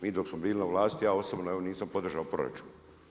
Mi dok smo bili na vlasti, ja osobno evo nisam podržao proračun.